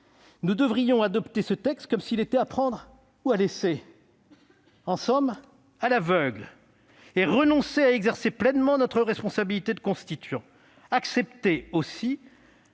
nous devrions adopter ce texte comme s'il était à prendre ou à laisser- en somme, à l'aveugle ! Nous devrions renoncer à exercer pleinement notre responsabilité de constituants et accepter ce